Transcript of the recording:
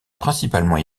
principalement